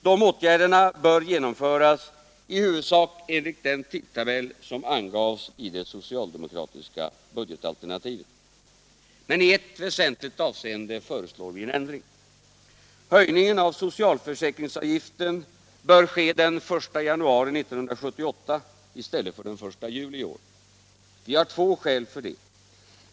De åtgärderna bör genomföras i huvudsak enligt den tidtabell som angavs i det socialdemokratiska budgetalternativet. Men i ett väsentligt avseende föreslår vi en ändring: höjningen av socialförsäkringsavgiften bör ske den 1 januari 1978 i stället för den 1 juli i år. Vi har två skäl för det.